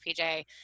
PJ